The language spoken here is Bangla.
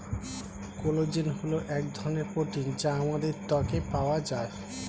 কোলাজেন হল এক ধরনের প্রোটিন যা আমাদের ত্বকে পাওয়া যায়